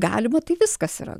galima tai viskas yra